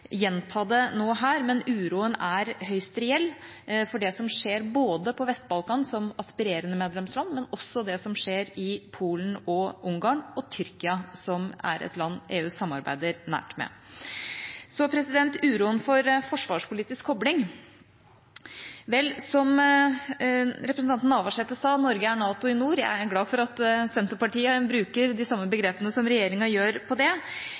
gjenta det nå, men uroen er høyst reell – for det som skjer på Vest-Balkan, som aspirerende medlemsland, og for det som skjer i Polen og Ungarn, og Tyrkia, som er et land EU samarbeider nært med. Til uroen for forsvarspolitisk kobling. Som representanten Navarsete sa: «Noreg er NATO i nord.» Jeg er glad for at Senterpartiet bruker de samme begrepene som regjeringa gjør på det.